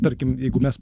tarkim jeigu mes